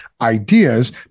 ideas